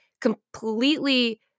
completely